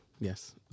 yes